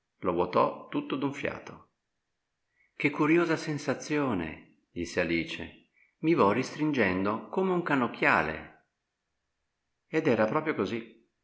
lo vuotò tutto d'un fiato che curiosa sensazione disse alice mi vo ristringendo come un cannocchiale ed era proprio così